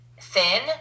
thin